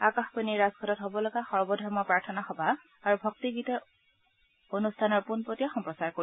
আকাশবাণীয়ে ৰাজঘাটত হ'বলগা সৰ্বধৰ্ম প্ৰাৰ্থনা সভা আৰু ভক্তি গীতৰ অনুষ্ঠানৰ পোনপটীয়া প্ৰচাৰ কৰিব